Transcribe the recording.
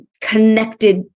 connected